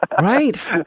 Right